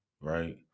Right